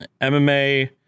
MMA